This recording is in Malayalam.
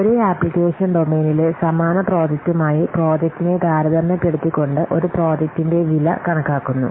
ഒരേ ആപ്ലിക്കേഷൻ ഡൊമെയ്നിലെ സമാന പ്രോജക്റ്റുമായി പ്രോജക്റ്റിനെ താരതമ്യപ്പെടുത്തിക്കൊണ്ട് ഒരു പ്രോജക്റ്റിന്റെ വില കണക്കാക്കുന്നു